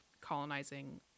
colonizing